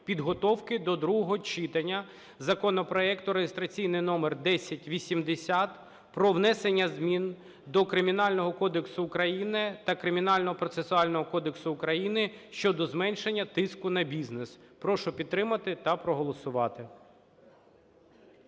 підготовки до другого читання законопроекту (реєстраційний номер 1080) про внесення змін до Кримінального кодексу України та Кримінального процесуального кодексу України щодо зменшення тиску на бізнес. Прошу підтримати та проголосувати.